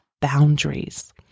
boundaries